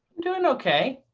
doing ok.